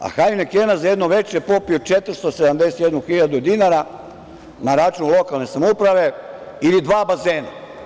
A „Hajnekena“ je za jedno veče popio 471.000 dinara na račun lokalne samouprave ili dva bazena.